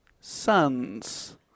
sons